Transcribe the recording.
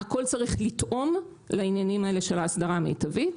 הכל צריך לתאום לעניינים האלה של אסדרה מיטבית,